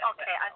Okay